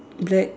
black